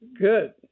Good